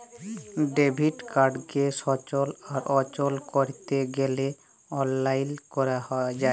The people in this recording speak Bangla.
ডেবিট কাড়কে সচল আর অচল ক্যরতে গ্যালে অললাইল ক্যরা যায়